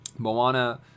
Moana